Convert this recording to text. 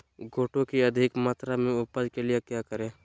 गोटो की अधिक मात्रा में उपज के लिए क्या करें?